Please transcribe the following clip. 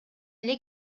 эле